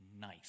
nice